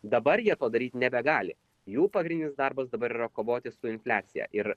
dabar jie to daryt nebegali jų pagrindinis darbas dabar yra kovoti su infliacija ir